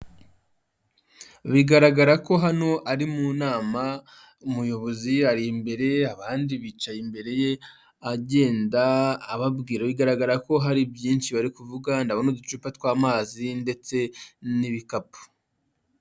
Bigaragara ko hano ari mu nama, umuyobozi ari imbere abandi bicaye imbere ye, agenda ababwira, bigaragara ko hari byinshi bari kuvuga, ndabona uducupa tw'amazi ndetse n'ibikapu.